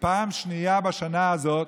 פעם שנייה בשנה הזאת,